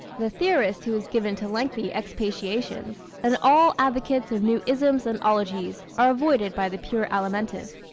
the theorist who is given to lengthy expatiations, and all advocates of new isms and ologies are avoided by the pure alimentive.